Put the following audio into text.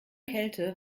kälte